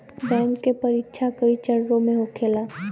bank के परीक्षा कई चरणों में होखेला